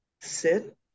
sit